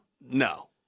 No